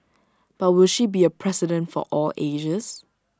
but will she be A president for all ages